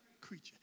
creature